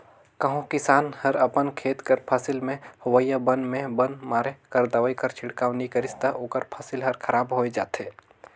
कहों किसान हर अपन खेत कर फसिल में होवइया बन में बन मारे कर दवई कर छिड़काव नी करिस ता ओकर फसिल हर खराब होए जाथे